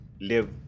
live